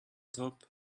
top